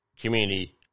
Community